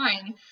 fine